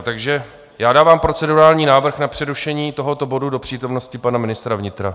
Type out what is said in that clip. Takže dávám procedurální návrh na přerušení tohoto bodu do přítomnosti pana ministra vnitra.